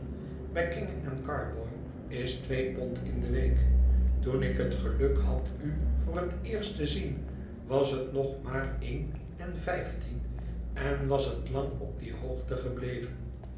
bij kenge en carboy is twee pond in de week toen ik het geluk had u voor het eerst te zien was het maar een en vijftien en was het lang op die hoogte gebleven